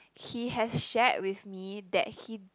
he has shared with me that he